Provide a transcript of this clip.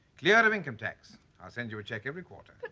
cleared of income tax i'll send you a check every quarter.